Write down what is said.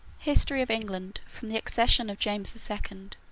history of england from the accession of james the second